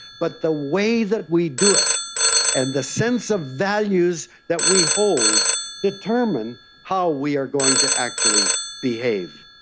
but the way that we do it and the sense of values that we hold determine how we are going to actually behave.